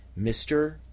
Mr